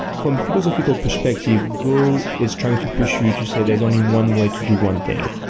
from philosophical perspective, go is trying to push you to say there's only one way to do one thing,